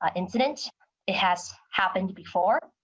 ah incident has happened before.